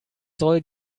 soll